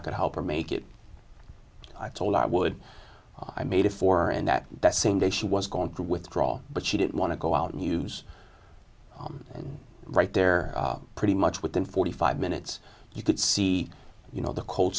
i could help her make it i told i would i made a four and that that same day she was going to withdraw but she didn't want to go out and use i'm right there pretty much within forty five minutes you could see you know the cold